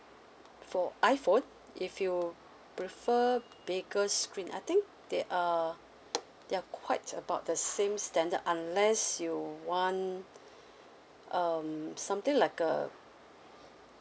for I phone if you prefer a bigger screen I think they are they are quite about the same standard unless you want um something like a